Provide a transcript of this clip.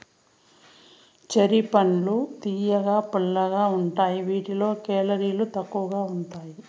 cherry పండ్లు తియ్యగా, పుల్లగా ఉంటాయి వీటిలో కేలరీలు తక్కువగా ఉంటాయి